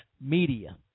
media